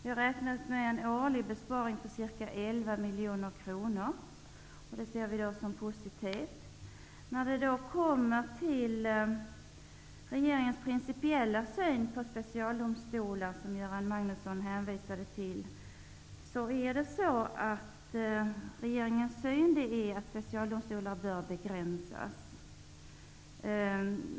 Vi räknar med en årlig besparing på ca 11 miljoner kronor. Det ser vi som positivt. Regeringens principiella syn på specialdomstolar, som Göran Magnusson hänvisade till, är att antalet specialdomstolar bör begränsas.